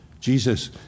Jesus